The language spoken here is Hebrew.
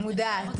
אני מודעת.